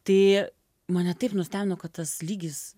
tai mane taip nustebino kad tas lygis